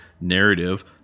narrative